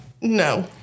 No